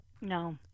No